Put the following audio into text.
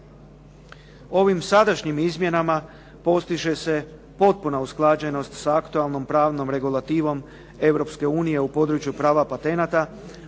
Ovim sadašnjim izmjenama postiže se potpuna usklađenost sa aktualnom pravnom regulativom Europske unije u području prava patenata,